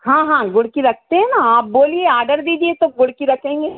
हाँ हाँ गुड़ की रखते हें ना आप बोलिए आडर दीजिए तो गुड़ की रखेंगे